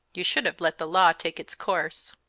you should have let the law take its course.